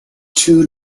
too